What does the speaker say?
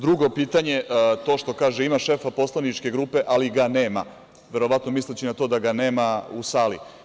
Drugo pitanje, to što kaže ima šefa poslaničke grupe, ali ga nema, verovatno misleći na to da ga nema u sali.